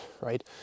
right